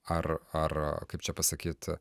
ar ar kaip čia pasakyt